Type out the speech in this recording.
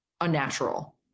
unnatural